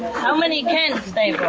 how many can stay